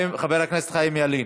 חבר הכנסת חיים ילין,